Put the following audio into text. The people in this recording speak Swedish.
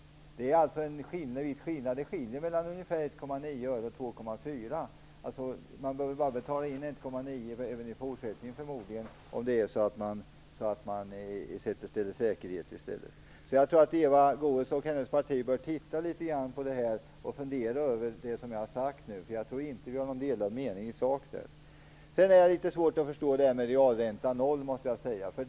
Det är en viss skillnad. Det skiljer mellan ungefär 1,9 öre och 2,4. Man behöver förmodligen även i fortsättningen bara betala in 1,9 öre om man ställer säkerhet i stället. Jag tror att Eva Goës och hennes parti bör titta på detta och fundera över det som jag har sagt nu. Jag tror inte att vi har delade meningar i sak. Det är litet svårt att förstå resonemanget om en realränta på 0 %, måste jag säga.